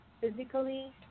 physically